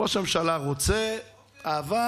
ראש הממשלה רוצה, אוקיי.